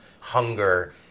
hunger